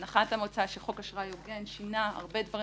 הנחת המוצא שחוק אשראי הוגן שינה הרבה דברים